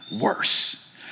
worse